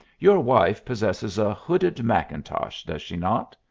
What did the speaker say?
your wife possesses a hooded mackintosh, does she not?